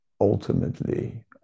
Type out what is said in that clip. ultimately